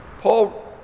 Paul